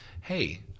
hey